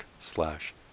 slash